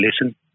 listen